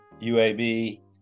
UAB